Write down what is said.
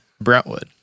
Brentwood